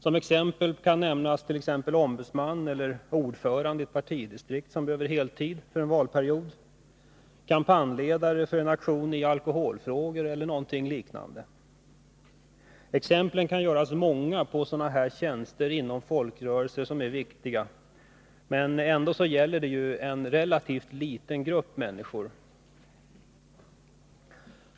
Som exempel kan nämnas en ombudsman eller ordförande i ett partidistrikt som under en valperiod kan behöva arbeta heltid och kampanjledare för en aktion i alkoholfrågor. Exemplen kan göras många på sådana här viktiga tjänster inom folkrörelserna, men ändå gäller det en relativt liten grupp människor.